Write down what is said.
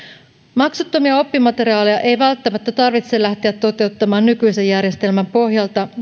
maksuttomia oppimateriaaleja ei välttämättä tarvitse lähteä toteuttamaan nykyisen järjestelmän pohjalta